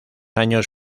años